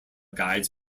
guides